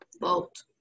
Vote